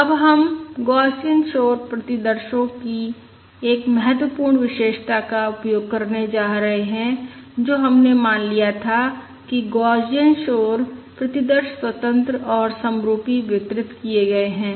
अब हम गौसियन शोर प्रतिदर्शो की एक महत्वपूर्ण विशेषता का उपयोग करने जा रहे हैं जो हमने मान लिया था कि गौसियन शोर प्रतिदर्श स्वतंत्र और समरुपी वितरित किए गए हैं